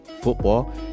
football